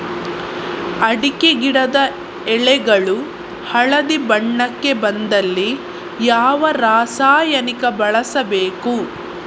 ಅಡಿಕೆ ಗಿಡದ ಎಳೆಗಳು ಹಳದಿ ಬಣ್ಣಕ್ಕೆ ಬಂದಲ್ಲಿ ಯಾವ ರಾಸಾಯನಿಕ ಬಳಸಬೇಕು?